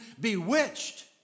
bewitched